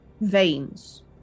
veins